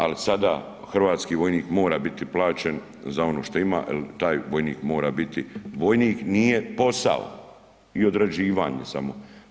Ali sada hrvatski vojnik mora biti plaćen za ono što ima jer taj vojnik mora biti, vojnik nije posao i odrađivanje samo.